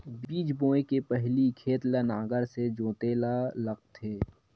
बीज बोय के पहिली खेत ल नांगर से जोतेल लगथे?